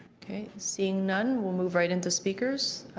seeing none we'll move right into speakers.